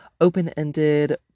open-ended